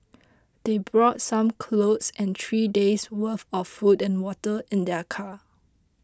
they brought some clothes and three days' worth of food and water in their car